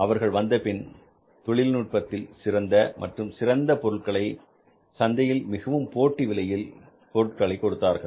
அவர்கள் வந்தபின் தொழில்நுட்பத்தில் சிறந்த மற்றும் சிறந்த பொருட்களை சந்தையில் மிகவும்போட்டி விலையில் பொருட்களை கொடுத்தார்கள்